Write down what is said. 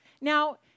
Now